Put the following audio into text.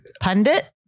Pundit